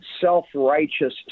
self-righteous